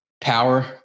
Power